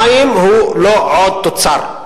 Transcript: מים הם לא עוד תוצר.